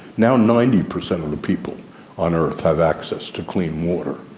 now ninety percent of the people on earth have access to clean water.